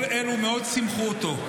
כל אלה מאוד שימחו אותו.